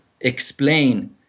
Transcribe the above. explain